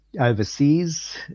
overseas